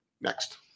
Next